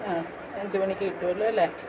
അഞ്ചു മണിക്ക് കിട്ടുമല്ലോ അല്ലേ